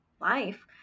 life